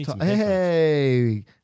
Hey